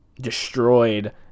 destroyed